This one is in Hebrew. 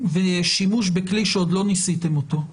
ושימוש בכלי שעוד לא ניסיתם אותו.